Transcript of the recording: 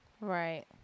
right